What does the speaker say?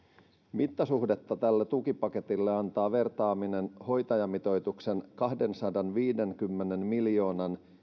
mittasuhdetta tälle tukipaketille antaa vertaaminen hoitajamitoituksen kahdensadanviidenkymmenen miljoonan